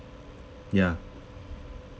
ya